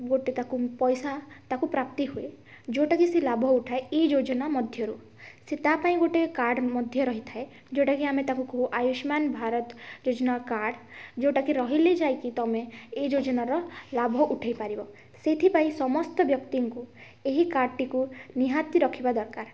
ଗୋଟେ ତାକୁ ପଇସା ତାକୁ ପ୍ରାପ୍ତିହୁଏ ଜେଉନଟାକି ସେ ଲାଭ ଉଠାଏ ଏଇ ଯୋଜନା ମଧ୍ୟରୁ ସିଏ ତା ପାଇଁ ଗୋଟେ କାର୍ଡ଼୍ ମଧ୍ୟ ରହିଥାଏ ଯେଉଁଟାକି ଆମେ ତାକୁ ଆୟୁଷ୍ମାନ ଭାରତ ଯୋଜନା କାର୍ଡ଼୍ ଯେଉଁଟା କି ରହିଲେ ଯାଇକି ତମେ ଏ ଯୋଜନାର ଲାଭ ଉଠେଇପାରିବ ସେଇଥିପାଇଁ ସମସ୍ତ ବ୍ୟକ୍ତିଙ୍କୁ ଏହି କାର୍ଡ଼୍ଟିକୁ ନିହାତି ରଖିବା ଦରକାର